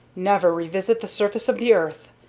never revisit the surface of the earth,